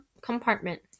compartment